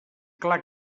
clar